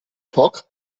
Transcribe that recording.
poc